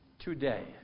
today